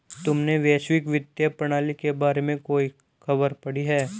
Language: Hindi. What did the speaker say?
तुमने वैश्विक वित्तीय प्रणाली के बारे में कोई खबर पढ़ी है?